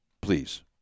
Please